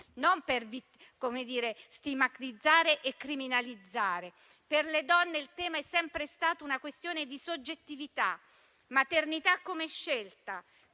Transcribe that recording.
non per stigmatizzare e criminalizzare. Per le donne il tema è sempre stato una questione di soggettività: maternità come scelta,